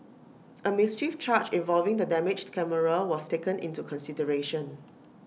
A mischief charge involving the damaged camera was taken into consideration